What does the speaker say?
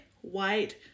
white